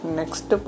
next